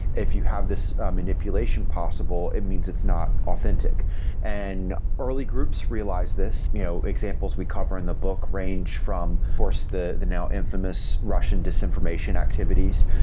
if you have this manipulation possible, it means it's not authentic and early groups realized this. you know examples we cover in the book range from of course, the the now infamous russian disinformation activities,